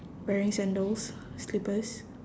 wearing sandals slippers